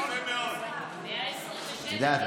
את יודעת,